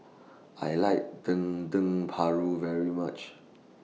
I like Dendeng Paru very much